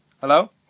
Hello